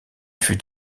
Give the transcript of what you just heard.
fut